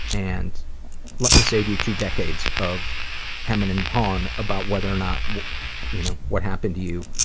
and let me save you two decades of humming and haain about whether or not what you know what happened to you